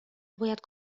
باید